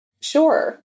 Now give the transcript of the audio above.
Sure